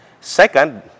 Second